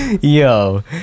yo